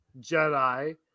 Jedi